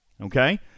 okay